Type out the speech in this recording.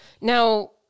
Now